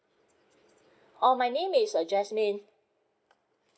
oh my name is uh jasmine